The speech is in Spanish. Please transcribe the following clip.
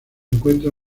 encuentra